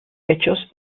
hechos